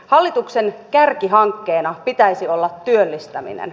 hallituksen kärkihankkeena pitäisi olla työllistäminen